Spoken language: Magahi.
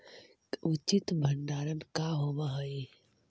उचित भंडारण का होव हइ?